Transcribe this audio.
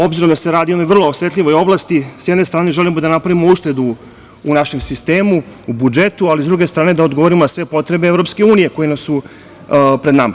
Obzirom da se radi o jednoj vrlo osetljivoj oblasti, s jedne strane želimo da napravimo uštedu u našem sistemu, u budžetu, ali s druge strane da odgovorimo na sve potrebe EU koje su pred nama.